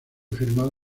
firmado